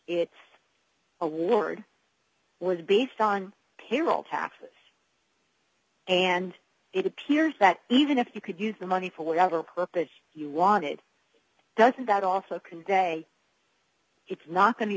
its award was based on payroll tax and it appears that even if you could use the money for whatever purpose you wanted doesn't that also convey it's not going to be